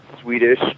Swedish